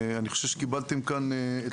אני חושב שקיבלתם כאן את התשובות.